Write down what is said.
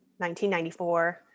1994